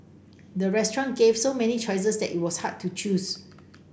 the restaurant gave so many choices that it was hard to choose